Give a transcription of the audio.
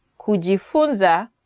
Kujifunza